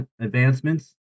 advancements